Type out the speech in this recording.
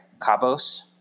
cabos